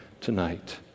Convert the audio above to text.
tonight